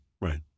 right